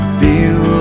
feel